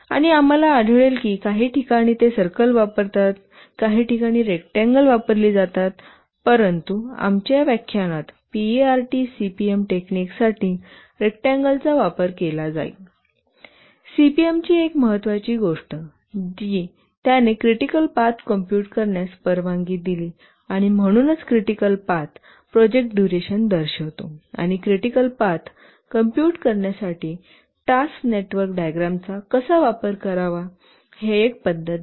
आणि आम्हाला आढळेल की काही ठिकाणी ते सर्कल वापरतातकाही ठिकाणी रेक्त्यांगल वापरली जातात परंतु आमच्या व्याख्यानात पीईआरटी सीपीएम टेक्निकसाठी रेक्त्यांगलचा वापर केला जाईल आणि सीपीएम ची एक महत्त्वाची गोष्ट जी त्याने क्रिटिकल पाथ कॉम्पूट करण्यास परवानगी दिली आणि म्हणूनच क्रिटिकल पाथ प्रोजेक्ट डुरेशन दर्शवितो आणि क्रिटिकल पाथ कॉम्पूट करण्यासाठी टास्क नेटवर्क डायग्रामचा कसा वापर करावा हे एक पद्धत देते